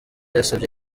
yasabye